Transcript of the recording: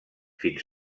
fins